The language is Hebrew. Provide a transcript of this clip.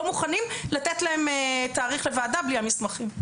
מוכנים לתת להם תאריך לוועדה בלי המסמכים.